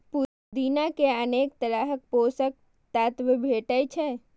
पुदीना मे अनेक तरहक पोषक तत्व भेटै छै